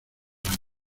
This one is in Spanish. años